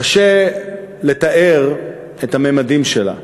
קשה לתאר את הממדים שלה.